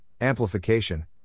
amplification